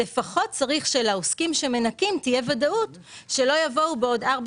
לפחות צריך שלעוסקים שמנכים תהיה ודאות שלא יבואו בעוד ארבע